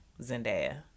zendaya